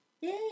Yay